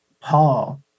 Paul